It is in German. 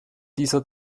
dieser